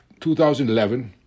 2011